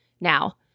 Now